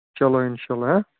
چلو اِنشاء اللہ ہہ